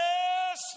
Yes